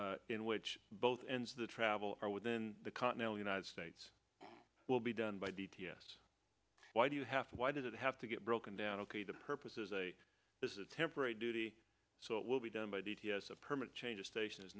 y in which both ends of the travel are within the continental united states will be done by d p s why do you have to why does it have to get broken down ok the purpose is a temporary duty so it will be done by the t s a permanent change of station is